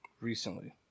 Recently